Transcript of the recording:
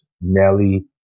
Nelly